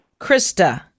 Krista